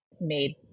made